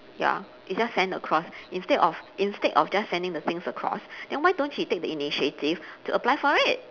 ya it just send across instead of instead of just sending the things across then why don't he take the initiative to apply for it